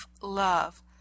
love